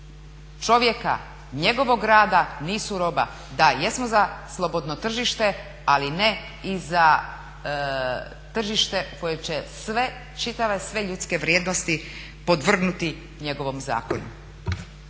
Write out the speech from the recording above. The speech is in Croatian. čovjeka, njegovog rada nisu roba, da jesmo za slobodno tržište ali ne i za tržište koje će sve čitave sveljudske vrijednosti podvrgnuti njegovom zakonu.